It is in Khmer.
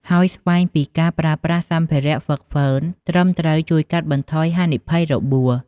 ហើយស្វែងពីការប្រើប្រាស់សម្ភារៈហ្វឹកហ្វឺនត្រឹមត្រូវជួយកាត់បន្ថយហានិភ័យរបួស។